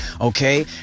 okay